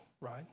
right